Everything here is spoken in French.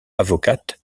avocate